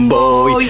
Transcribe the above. Boy